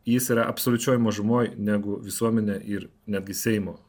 jis yra absoliučioj mažumoj negu visuomenė ir netgi seimo